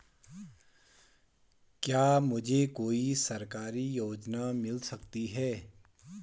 क्या मुझे कोई सरकारी योजना मिल सकती है?